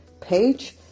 page